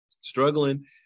struggling